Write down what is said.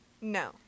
No